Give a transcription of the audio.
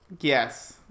Yes